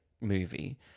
movie